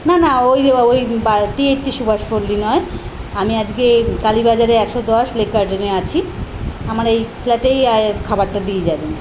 না না ওই ওই বা টি এইট্টি সুভাষপল্লী নয় আমি আজকে কালীবাজারে একশো দশ লেক গার্ডেনে আছি আমার এই ফ্ল্যাটেই আয় খাবারটা দিয়ে যাবেন